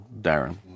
Darren